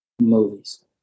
Movies